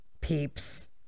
peeps